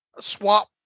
swap